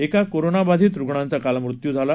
एका कोरोनाबाधीत रुग्णांचा काल मृत्यू झाला